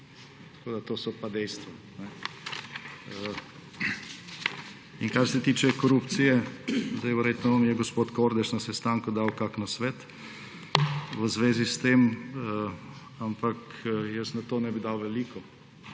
v vladi. To so pa dejstva. Kar se tiče korupcije, verjetno vam je gospod Kordeš na sestanku dal kak nasvet v zvezi s tem, ampak, jaz na to ne bi dal veliko.